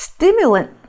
Stimulant